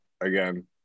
again